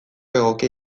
egokia